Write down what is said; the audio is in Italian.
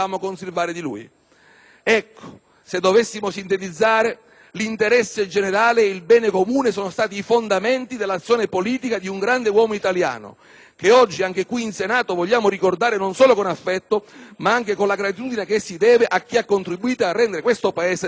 Ecco, se dovessimo sintetizzare, l'interesse generale e il bene comune sono stati i fondamenti dell'azione politica di un grande uomo italiano che oggi anche qui in Senato vogliamo ricordare non solo con affetto, ma anche con la gratitudine che si deve a chi ha contribuito a rendere questo Paese democratico.